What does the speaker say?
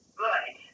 good